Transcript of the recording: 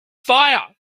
fire